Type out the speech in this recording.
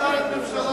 הממשלה?